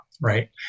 right